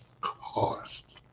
cost